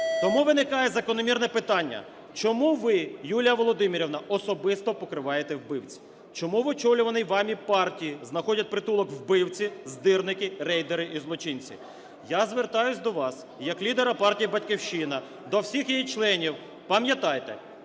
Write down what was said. Тому виникає закономірне питання. Чому ви, Юлія Володимирівна, особисто покриваєте вбивць? Чому в очолюваній вами партії знаходять притулок вбивці, здирники, рейдери і злочинці? Я звертаюсь до вас як лідера партії "Батьківщина", до всіх її членів: пам'ятайте,